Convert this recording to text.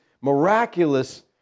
miraculous